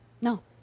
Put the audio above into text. no